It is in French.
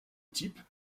type